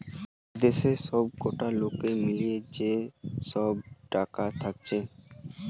দেশের সবকটা লোকের মিলিয়ে যে সব টাকা থাকছে